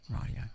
radio